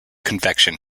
convection